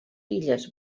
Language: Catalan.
illes